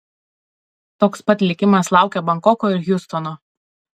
toks pat likimas laukia bankoko ir hjustono